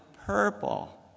purple